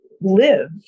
live